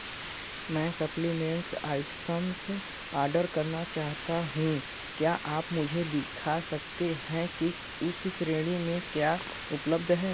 मैं supplements items order करना चाहता हूँ क्या आप मुझे दिखा सकते हैं कि उस श्रेणी में क्या उपलब्ध है